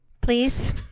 Please